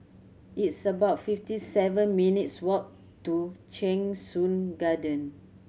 it's about fifty seven minutes' walk to Cheng Soon Garden